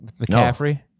McCaffrey